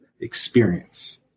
experience